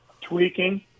tweaking